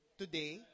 today